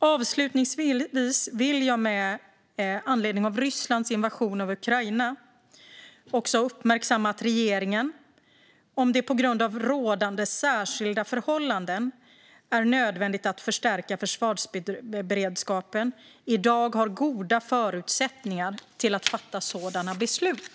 Avslutningsvis vill jag med anledning av Rysslands invasion av Ukraina uppmärksamma att regeringen, om det på grund av rådande särskilda förhållanden är nödvändigt att stärka försvarsberedskapen, i dag har goda förutsättningar till sådana beslut.